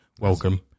Welcome